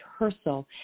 rehearsal